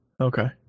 Okay